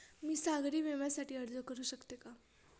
मी सागरी विम्यासाठी अर्ज करू शकते का?